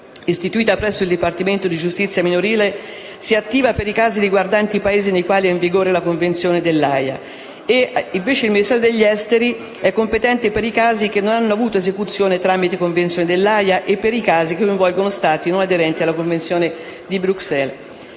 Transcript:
centrale istituita presso il dipartimento di giustizia minorile, si attiva per i casi riguardanti Paesi nei quali è in vigore la Convenzione dell'Aja, mentre il Ministero degli affari esteri ha competenza per i casi che non hanno avuto esecuzione tramite la Convenzione dell'Aja e per i casi che coinvolgono Stati non aderenti alla Convenzione di Bruxelles.